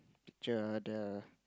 picture the